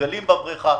מתורגלים בבריכה.